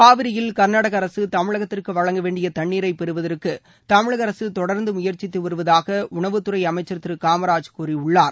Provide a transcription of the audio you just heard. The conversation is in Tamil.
காவிரியில் கர்நாடக அரசு தமிழகத்திற்கு வழங்க வேண்டிய தண்ணீரைப் பெறுவதற்கு தமிழக அரசு தொடர்ந்து முயற்சித்து வருவதாக உணவுத்துறை அமைச்சர் திரு காமராஜ் கூறியுள்ளார்